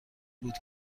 بود